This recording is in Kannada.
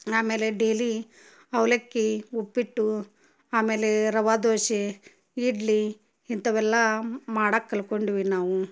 ಆಮೇಲೆ ಡೇಲಿ ಅವಲಕ್ಕಿ ಉಪ್ಪಿಟ್ಟು ಆಮೇಲೆ ರವೆ ದೋಸೆ ಇಡ್ಲಿ ಇಂಥವೆಲ್ಲ ಮಾಡಕ್ಕೆ ಕಲ್ತ್ಕೊಂಡ್ವಿ ನಾವು